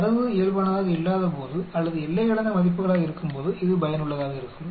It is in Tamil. தரவு இயல்பானதாக இல்லாதபோது அல்லது எல்லை கடந்த மதிப்புகளாக இருக்கும்போது இது பயனுள்ளதாக இருக்கும்